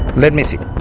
let me check